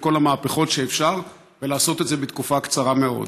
כל המהפכות שאפשר ולעשות את זה בתקופה קצרה מאוד.